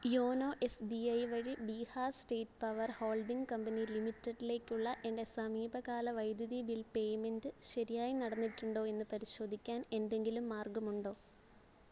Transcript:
YONO S B I വഴി Bihar state power holding company ലിമിറ്റഡിലേക്കുള്ള എൻ്റെ സമീപകാല വൈദ്യുതി ബിൽ പേയ്മെൻറ്റ് ശരിയായി നടന്നിട്ടുണ്ടോ എന്നു പരിശോധിക്കാൻ എന്തെങ്കിലും മാർഗ്ഗമുണ്ടോ